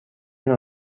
نوع